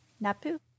Napu